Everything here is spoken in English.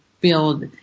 build